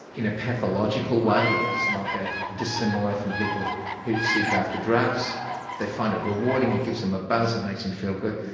in a pathological way, it's not the dissimilar from people who seek after drugs they find it rewarding, it gives them a buzz, it makes them feel good.